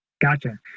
Gotcha